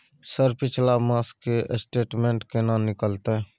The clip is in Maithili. सर पिछला मास के स्टेटमेंट केना निकलते?